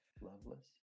Loveless